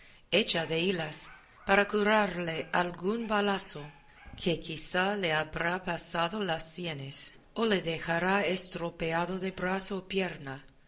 hecha de hilas para curarle algún balazo que quizá le habrá pasado las sienes o le dejará estropeado de brazo o pierna